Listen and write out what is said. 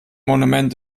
monument